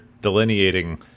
delineating